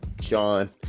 John